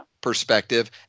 perspective